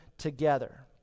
Together